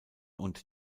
und